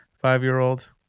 five-year-old